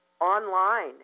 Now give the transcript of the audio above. online